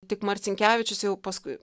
tik marcinkevičius jau paskui